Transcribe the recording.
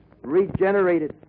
regenerated